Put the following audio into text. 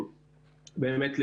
באמת,